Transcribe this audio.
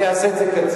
אני אעשה את זה קצר.